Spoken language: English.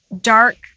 dark